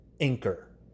Anchor